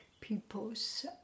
people's